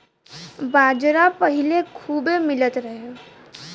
बाजरा पहिले खूबे मिलत रहे